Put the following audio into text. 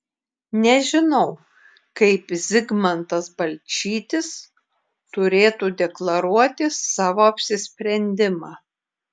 nežinau kaip zigmantas balčytis turėtų deklaruoti savo apsisprendimą